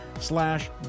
slash